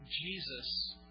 Jesus